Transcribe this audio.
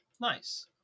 Nice